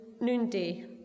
noonday